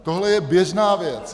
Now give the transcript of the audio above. Tohle je běžná věc.